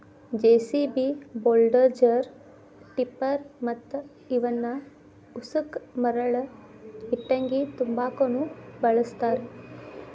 JCB, bulldozer, tipper ಮತ್ತ ಇವನ್ ಉಸಕ ಮರಳ ಇಟ್ಟಂಗಿ ತುಂಬಾಕುನು ಬಳಸ್ತಾರ